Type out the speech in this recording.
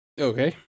Okay